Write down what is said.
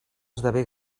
esdevé